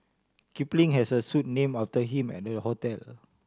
Kipling has a suite name after him at the hotel